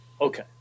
Okay